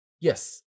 Yes